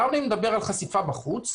למה אני מדבר על חשיפה בחוץ?